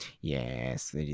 Yes